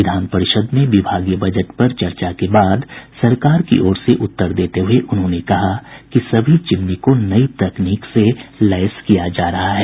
विधान परिषद में विभागीय बजट पर चर्चा के बाद सरकार की ओर से उत्तर देते हुये उन्होंने कहा कि सभी चिमनी को नई तकनीक से लैस किया जा रहा है